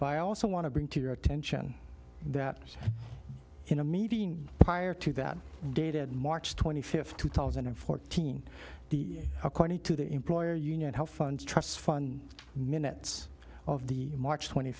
i also want to bring to your attention that in a meeting prior to that dated march twenty fifth two thousand and fourteen the according to the employer union health funds trust fund minutes of the march twenty